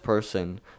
person